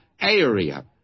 area